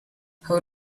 how